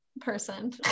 person